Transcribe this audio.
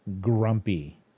grumpy